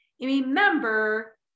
remember